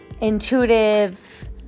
intuitive